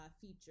feature